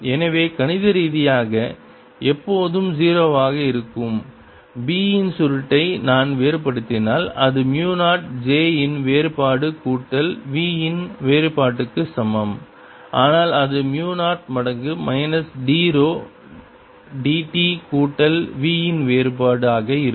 எனவே கணித ரீதியாக எப்போதும் 0 ஆக இருக்கும் b இன் சுருட்டை நான் வேறுபடுத்தினால் அது மு 0 j இன் வேறுபாடு கூட்டல் v இன் வேறுபாடுக்கு சமம் ஆனால் அது மு 0 மடங்கு minus d rho d t கூட்டல் v இன் வேறுபாடு ஆக இருக்கும்